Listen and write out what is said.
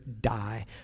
die